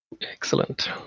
excellent